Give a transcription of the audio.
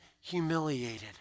humiliated